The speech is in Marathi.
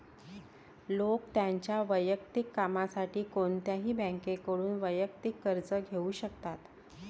लोक त्यांच्या वैयक्तिक कामासाठी कोणत्याही बँकेकडून वैयक्तिक कर्ज घेऊ शकतात